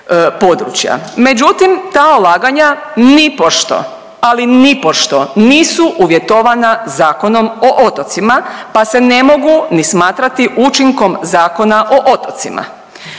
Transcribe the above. Međutim ta ulaganja nipošto, ali nipošto nisu uvjetovana Zakonom o otocima, pa se ne mogu ni smatrati učinkom Zakona o otocima.